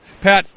Pat